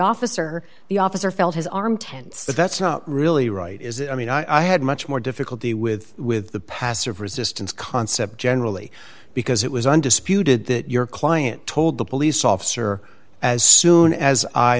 officer the officer felt his arm tense but that's not really right is it i mean i had much more difficulty with with the passive resistance concept generally because it was undisputed that your client told the police officer as soon as i